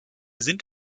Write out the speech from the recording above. sind